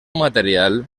material